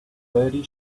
thirty